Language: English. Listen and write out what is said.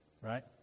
right